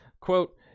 Quote